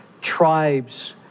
tribes